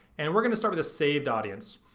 and we're gonna start with a saved audience.